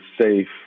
safe